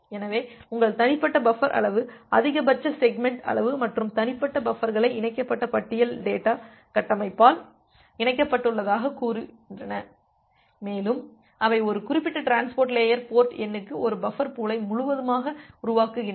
எனவே உங்கள் தனிப்பட்ட பஃபர் அளவு அதிகபட்ச செக்மெண்ட் அளவு மற்றும் தனிப்பட்ட பஃபர்களை இணைக்கப்பட்ட பட்டியல் டேட்டா கட்டமைப்பால் இணைக்கப்பட்டுள்ளதாகக் கூறுகின்றன மேலும் அவை ஒரு குறிப்பிட்ட டிரான்ஸ்போர்ட் லேயர் போர்ட் எண்ணுக்கு ஒரு பஃபர் பூலை முழுவதுமாக உருவாக்குகின்றன